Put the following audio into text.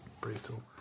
Brutal